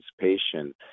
participation